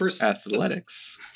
athletics